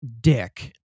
dick